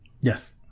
yes